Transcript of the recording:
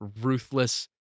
ruthless